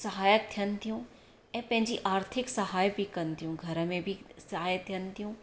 सहायक थियनि थियूं ऐं पंहिंजी आर्थिक सहाय बि कनि थियूं घर में सहाय थियनि थियूं